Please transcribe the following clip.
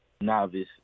novice